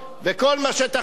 וכל מה שתחליטו,